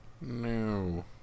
No